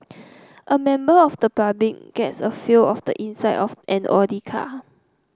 a member of the public gets a feel of the inside of an Audi car